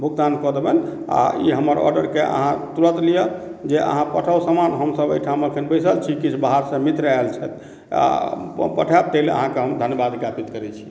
भुगतान कऽ देबनि आ ई हमर ऑर्डरके अहाँ तुरत लिअ जे अहाँ पठाउ समान हमसब एहिठाम अखन बैसल छी किछु बाहर सऽ मित्र आयल छथि आ पठायब ताहि लए अहाँके हम धन्यवाद ज्ञापित करै छी